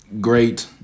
great